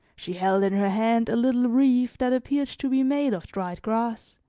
she held in her hand a little wreath that appeared to be made of dried grass,